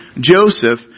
Joseph